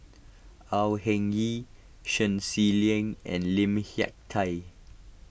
Au Hing Yee Shen Xi Lim and Lim Hak Tai